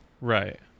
Right